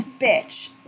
bitch